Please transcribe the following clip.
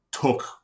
took